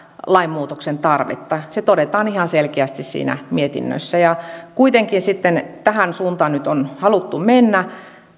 lainmuutoksen tarvetta se todetaan ihan selkeästi siinä mietinnössä ja kuitenkin sitten tähän suuntaan nyt on haluttu mennä